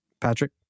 Patrick